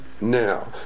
now